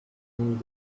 need